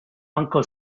uncle